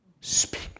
Speak